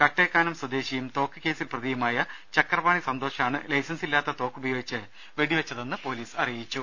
കട്ടേക്കാനം സ്വദേശിയും തോക്ക് കേസിൽ പ്രതിയു മായ ചക്രപാണി സന്തോഷാണ് ലൈസൻസില്ലാത്ത തോക്ക് ഉപയോഗിച്ച് വെടിവെച്ചതെന്ന് പൊലീസ് അറിയിച്ചു